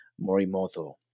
Morimoto